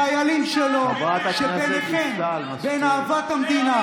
חיילים שלו, שביניכם, מישהו עלה על,